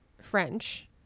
French